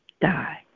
die